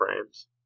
frames